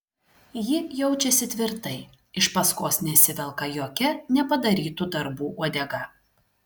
ji jaučiasi tvirtai iš paskos nesivelka jokia nepadarytų darbų uodega